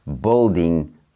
building